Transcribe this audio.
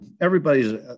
everybody's